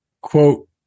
quote